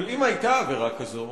אבל אם היתה עבירה כזאת,